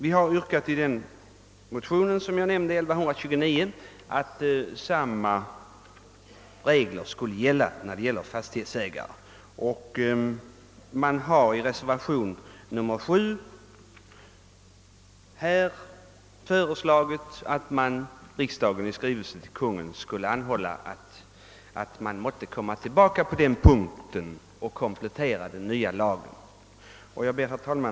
I motion II:1129 har vi yrkat att samma regler skall gälla för alla fastighetsägare, och i reservationen 7 har föreslagits skrivelse till Kungl Maj:t med begäran att Kungl. Maj:t återkommer till riksdagen med förslag till komplettering av den nya lagen. Herr talman!